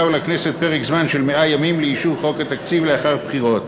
ולכנסת פרק זמן של 100 ימים לאישור חוק התקציב לאחר בחירות.